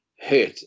hurt